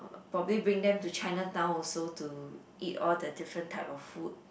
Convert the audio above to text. probably bring them to Chinatown also to eat all the different type of food